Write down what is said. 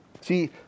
See